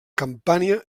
campània